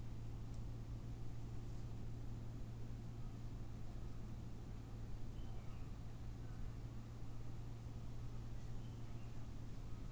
ಒಳ್ಳೆಮೆಣಸನ್ನು ಬೂಸ್ಟ್ ಬರ್ದಹಾಗೆ ಹೇಗೆ ಇಡಬಹುದು?